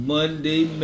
Monday